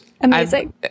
Amazing